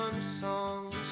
songs